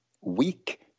weak